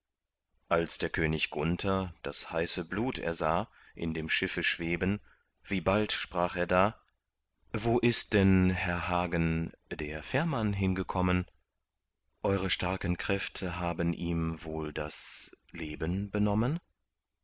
als der könig gunther das heiße blut ersah in dem schiffe schweben wie bald sprach er da wo ist denn herr hagen der fährmann hingekommen eure starken kräfte haben ihm wohl das leben benommen